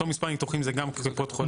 אותו מספר ניתוחים זה גם קופות חולים.